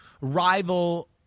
rival